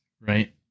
right